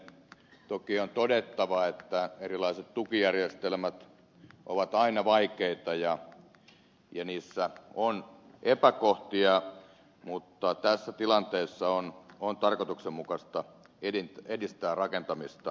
toki on todettava että erilaiset tukijärjestelmät ovat aina vaikeita ja niissä on epäkohtia mutta tässä tilanteessa on tarkoituksenmukaista edistää rakentamista